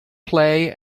play